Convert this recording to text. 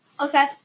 Okay